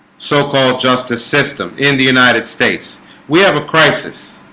so-called justice system in the united states we have crisis